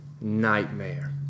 nightmare